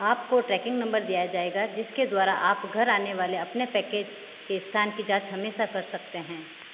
आपको tracking number दिया जाएगा जिसके द्वारा आप घर आने वाले अपने पैकेज के स्थान की जाँच हमेशा कर सकते हैं